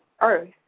earth